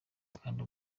kandi